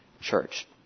church